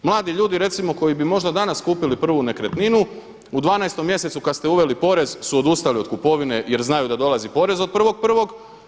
Mladi ljudi recimo koji bi možda danas kupili prvu nekretninu, u 12 mjesecu kad ste uveli porez su odustali od kupovine jer znaju da dolazi porez od 1.1.